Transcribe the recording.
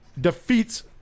defeats